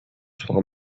soir